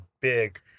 big